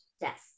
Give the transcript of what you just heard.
Yes